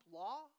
law